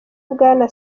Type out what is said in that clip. bwana